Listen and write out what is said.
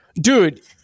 dude